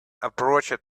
approached